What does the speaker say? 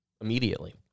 immediately